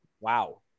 Wow